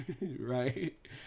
Right